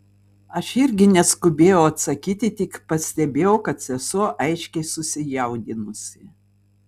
aš irgi neskubėjau atsakyti tik pastebėjau kad sesuo aiškiai susijaudinusi